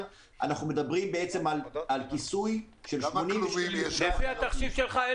אנחנו מדברים על כיסוי של 82%. לפי התחשיב שלך,